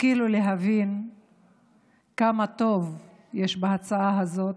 ישכילו להבין כמה טוב יש בהצעה הזאת.